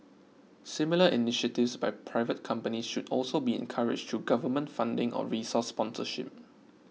similar initiatives by private companies should also be encouraged through government funding or resource sponsorship